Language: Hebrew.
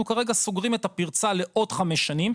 כרגע סוגרים את הפרצה לעוד חמש שנים.